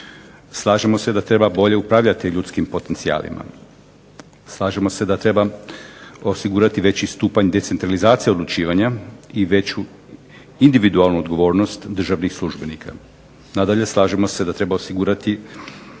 Slažemo se da treba bolje upravljati ljudskim potencijalima. Slažemo se da treba osigurati veći stupanj decentralizacije odlučivanja i veću individualnu odgovornost državnih službenika. Nadalje, slažemo se da treba osigurati